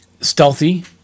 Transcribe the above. stealthy